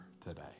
today